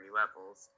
levels